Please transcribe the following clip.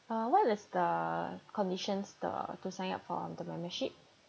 uh what is the conditions the to sign up for the membership